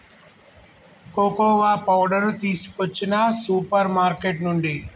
cocoa powder తీసుకొచ్చిన supermarket నుండి